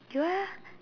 you are